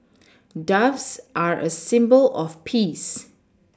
doves are a symbol of peace